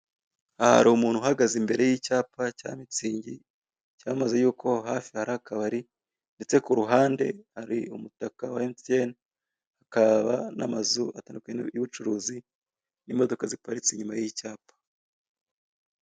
Aha hari umuntu uhagaze imbere y'icyapa cya mitsingi cyamamaza yuko aho hafi hari akabari, ndetse ku ruhande hari umutaka wa Emutiyene haka n'amazu atandukanye y'ubucuruzi n'imodoka ziparitse inyuma y'icyapa .